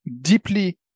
deeply